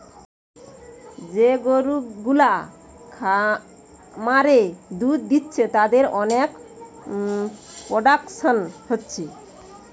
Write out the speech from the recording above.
যে গরু গুলা খামারে দুধ দিচ্ছে তাদের অনেক প্রোডাকশন হচ্ছে